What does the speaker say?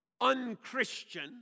Unchristian